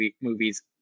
movies